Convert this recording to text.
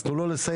אז תנו לו לסיים.